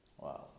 Wow